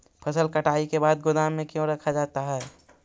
फसल कटाई के बाद गोदाम में क्यों रखा जाता है?